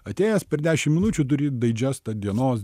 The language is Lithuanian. atėjęs per dešim minučių turi daidžestą dienos